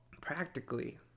Practically